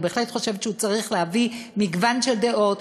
אני בהחלט חושבת שהוא צריך להביא מגוון דעות,